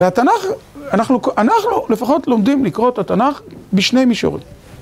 והתנ״ך, אנחנו... אנחנו, לפחות, לומדים לקרוא את התנ״ך בשני מישורים.